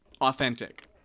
authentic